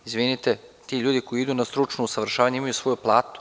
Izvinite, ti ljudi koji idu na stručno usavršavanje imaju svoju platu.